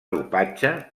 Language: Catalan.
dopatge